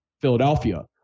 Philadelphia